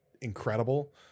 incredible